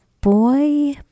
boy